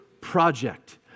project